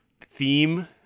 theme